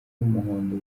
y’umuhondo